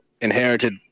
inherited